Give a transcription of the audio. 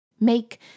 Make